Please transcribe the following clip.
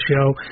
Show